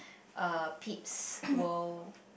a pete's world